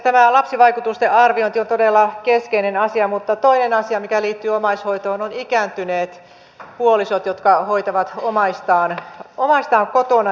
tämä lapsivaikutusten arviointi on todella keskeinen asia mutta toinen asia mikä liittyy omaishoitoon ovat ikääntyneet puolisot jotka hoitavat omaistaan kotona